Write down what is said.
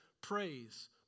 praise